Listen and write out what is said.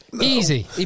easy